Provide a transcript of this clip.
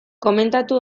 komentatu